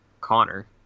Connor